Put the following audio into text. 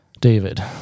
David